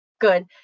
good